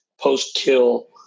post-kill